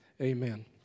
amen